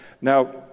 now